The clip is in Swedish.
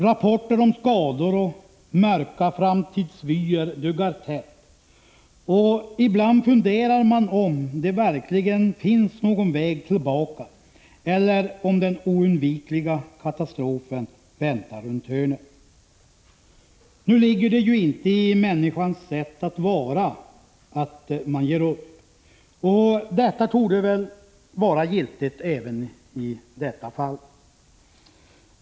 Rapporter om skador och mörka framtidsvyer duggar tätt, och ibland funderar man om det verkligen finns någon väg tillbaka eller om den oundvikliga katastrofen väntar runt hörnet. Det ligger juinte i människans sätt att vara att ge upp, och det torde väl vara giltigt även i detta fall.